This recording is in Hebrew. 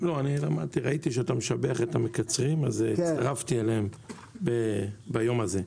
ראיתי שאתה משבח את המקצרים אז הצטרפתי אליהם ביום הזה.